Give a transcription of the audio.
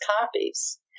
copies